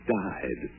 died